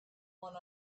one